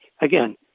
Again